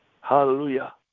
Hallelujah